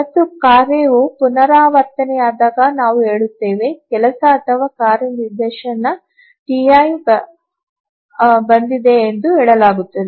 ಮತ್ತು ಕಾರ್ಯವು ಪುನರಾವರ್ತನೆಯಾದಾಗ ನಾವು ಹೇಳುತ್ತೇವೆ ಕೆಲಸ ಅಥವಾ ಕಾರ್ಯ ನಿದರ್ಶನ Ti ಬಂದಿದೆ ಎಂದು ಹೇಳಲಾಗುತ್ತದೆ